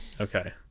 Okay